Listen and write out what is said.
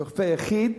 רופא יחיד?